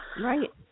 Right